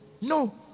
No